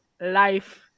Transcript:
life